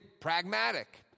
pragmatic